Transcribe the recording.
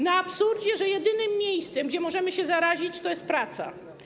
Na absurdzie, że jedynym miejscem, gdzie możemy się zarazić, jest praca.